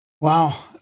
Wow